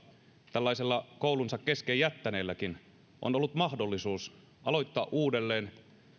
tällaisella koulunsa kesken jättäneelläkin on ollut mahdollisuus aloittaa uudelleen